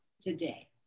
today